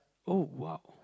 uh !wow!